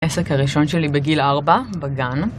עסק הראשון שלי בגיל ארבע, בגן.